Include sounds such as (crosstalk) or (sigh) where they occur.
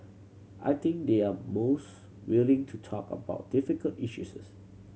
I think they're most willing to talk about difficult (unintelligible)